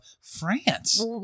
France